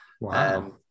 Wow